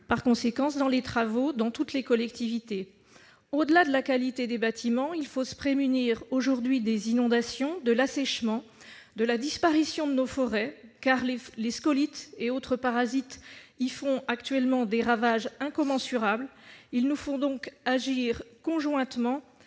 en conséquence, pour les travaux dans toutes les collectivités. Au-delà du soin apporté à la qualité des bâtiments, il faut se prémunir aujourd'hui des inondations, de l'assèchement, de la disparition de nos forêts, car les scolytes et autres parasites y font actuellement des ravages incommensurables. Il nous faut donc agir conjointement